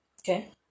Okay